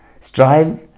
strive